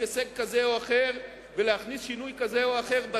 הישג כזה או אחר ולהכניס שינוי כזה או אחר,